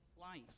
life